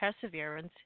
perseverance